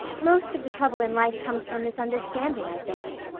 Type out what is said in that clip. most of the trouble in life comes from misunderstanding, i think,